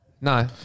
No